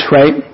right